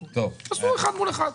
תעשו אחד מול אחד.